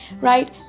Right